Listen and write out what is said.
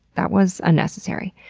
that was unnecessary.